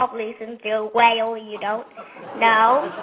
probably, since you're a whale, you don't know,